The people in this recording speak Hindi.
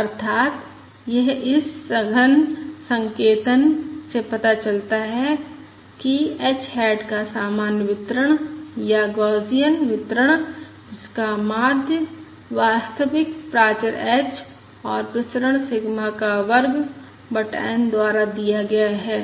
अर्थात यह इस सघन संकेतन से पता चलता है कि h हैट का सामान्य वितरण या गौसियन वितरण जिसका माध्य वास्तविक प्राचर h और प्रसरण सिग्मा का वर्ग बटा N द्वारा दिया गया है